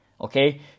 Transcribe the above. okay